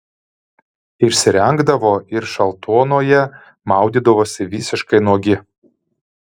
išsirengdavo ir šaltuonoje maudydavosi visiškai nuogi